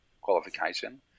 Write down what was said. qualification